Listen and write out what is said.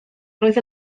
roedd